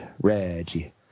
Reggie